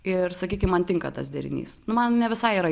ir sakykim man tinka tas derinys nu man ne visai yra